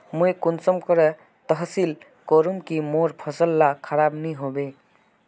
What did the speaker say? मुई कुंसम करे तसल्ली करूम की मोर फसल ला खराब नी होबे?